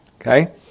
Okay